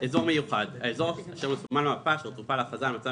""אזור מיוחד" האזור אשר מסומן במפה אשר צורפה להכרזה על מצב